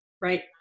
right